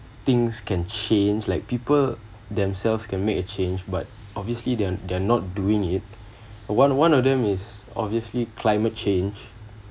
things can change like people themselves can make a change but obviously they're they're not doing it one one of them is obviously climate change